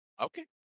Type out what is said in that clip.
Okay